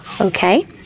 Okay